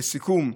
לסיכום,